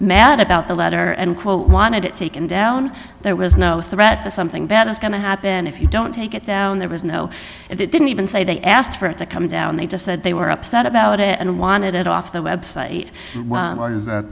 mad about the letter and quote wanted it taken down there was no threat that something bad is going to happen if you don't take it down there was no it didn't even say they asked for it to come down they just said they were upset about it and wanted it off their website